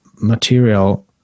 material